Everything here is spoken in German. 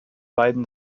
beiden